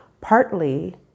Partly